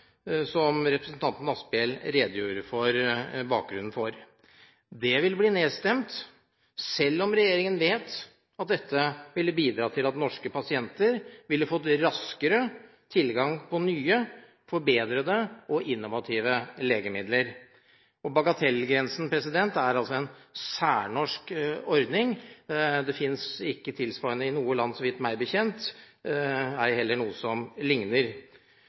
som representanten Asphjell redegjorde for bakgrunnen for. Det vil bli nedstemt selv om regjeringen vet at dette ville bidratt til at norske pasienter ville fått raskere tilgang på nye, forbedrede og innovative legemidler. Bagatellgrensen er en særnorsk ordning. Det finnes ikke tilsvarende i noe land, meg bekjent, ei heller noe som ligner.